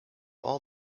all